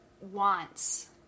wants